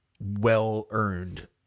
well-earned